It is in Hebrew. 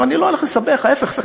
אני לא הולך לסבך, ההפך.